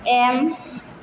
M